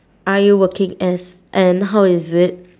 are you working as and how is it